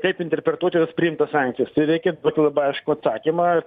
kaip interpretuoti tas priimtas sankcijas tai reikia duoti labai aiškų atsakymą